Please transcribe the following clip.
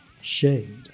Shade